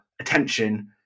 attention